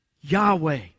Yahweh